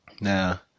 Now